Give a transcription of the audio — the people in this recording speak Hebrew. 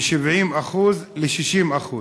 מ-70% ל-60%.